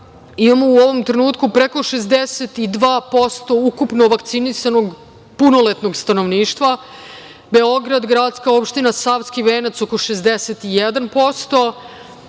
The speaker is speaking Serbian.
imamo u ovom trenutku preko 62% ukupno vakcinisanog punoletnog stanovništva. Beograd - gradska opština Savski venac oko 61%